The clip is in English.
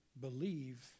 believe